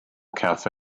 cafe